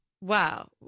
Wow